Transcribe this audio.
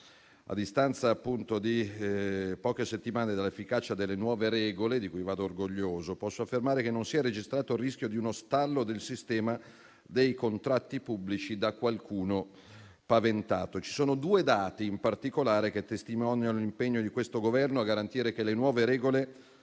A distanza di poche settimane dall'efficacia delle nuove regole, di cui vado orgoglioso, posso affermare che non si è registrato il rischio di uno stallo del sistema dei contratti pubblici, da qualcuno paventato. Ci sono due dati, in particolare, che testimoniano l'impegno di questo Governo a garantire che le nuove regole